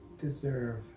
deserve